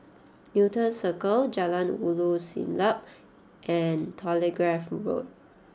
Newton Circus Jalan Ulu Siglap and Telegraph Road